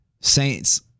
Saints